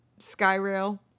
Skyrail